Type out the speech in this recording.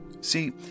See